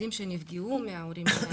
וילדים שנפגעו מהורים שלהם,